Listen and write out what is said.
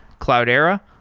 cloudera,